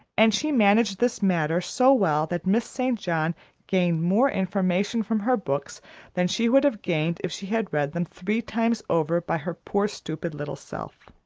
and she managed this matter so well that miss st. john gained more information from her books than she would have gained if she had read them three times over by her poor stupid little self.